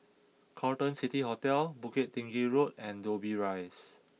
Carlton City Hotel Bukit Tinggi Road and Dobbie Rise